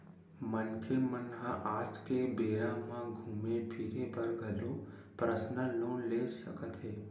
मनखे मन ह आज के बेरा म घूमे फिरे बर घलो परसनल लोन ले सकत हे